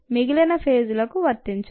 మిగిలిన ఫేజ్లకు వర్తించదు